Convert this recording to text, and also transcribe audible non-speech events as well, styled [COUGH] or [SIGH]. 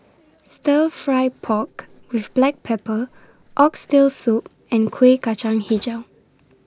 Stir Fry Pork with Black Pepper Oxtail Soup and Kueh Kacang [NOISE] Hijau